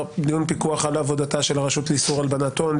דיון פיקוח על עבודתה של הרשות לאיסור הלבנת הון,